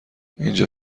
اینجا